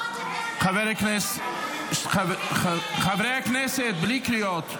חברי הכנסת, בלי קריאות.